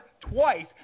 twice